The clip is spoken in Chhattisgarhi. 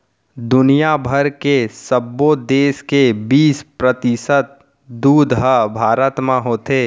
दुनिया भर के सबो देस के बीस परतिसत दूद ह भारत म होथे